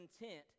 intent